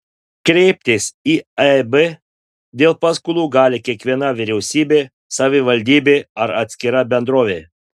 kreiptis į eib dėl paskolų gali kiekviena vyriausybė savivaldybė ar atskira bendrovė